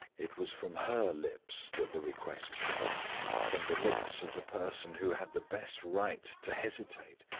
it was from her lips that the request came from the lips of the person who had the best right to hesitate,